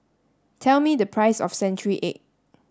tell me the price of century egg